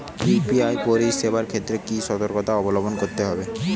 UPI পরিসেবার ক্ষেত্রে কি সতর্কতা অবলম্বন করতে হবে?